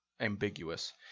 ambiguous